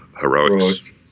heroics